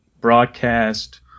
broadcast